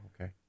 okay